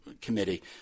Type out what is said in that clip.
Committee